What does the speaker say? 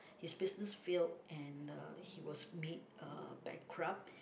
his business failed and uh he was made uh bankrupt